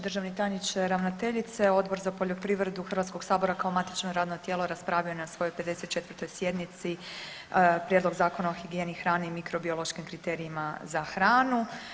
Državni tajnice, ravnateljice, Odbor za poljoprivredu Hrvatskog sabora kao matično radno tijelo raspravljao je na svojoj 54. sjednici Prijedlog Zakona o higijeni hrane i mikrobiološkim kriterijima za hranu.